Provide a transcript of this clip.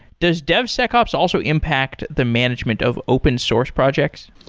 does devsecops also impact the management of open source projects?